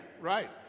right